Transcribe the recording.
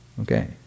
okay